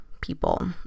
people